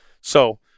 So-